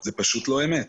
זה פשוט לא אמת.